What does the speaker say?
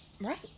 Right